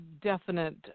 definite